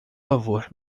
favor